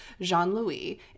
Jean-Louis